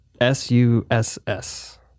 S-U-S-S